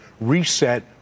reset